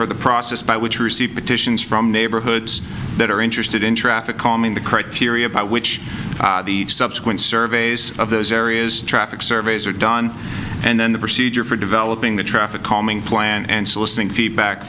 for the process by which you receive petitions from neighborhoods that are interested in traffic calming the criteria by which subsequent surveys of those areas traffic surveys are done and then the procedure for developing the traffic calming plan and soliciting feedback